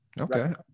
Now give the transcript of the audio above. okay